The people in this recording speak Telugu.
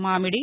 మామిడి